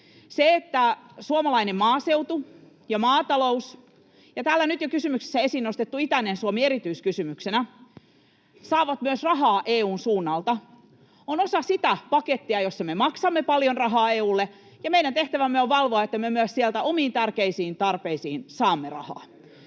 Se, että suomalainen maaseutu ja maatalous ja täällä nyt jo kysymyksessä esiin nostettu itäinen Suomi erityiskysymyksenä saavat myös rahaa EU:n suunnalta, on osa sitä pakettia, jossa me maksamme paljon rahaa EU:lle ja meidän tehtävämme on valvoa, että me myös sieltä omiin tärkeisiin tarpeisiin saamme rahaa.